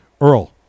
Earl